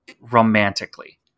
romantically